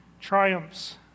triumphs